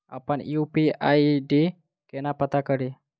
अप्पन UPI ID केना पत्ता कड़ी?